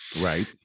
right